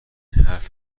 حرف